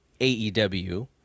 AEW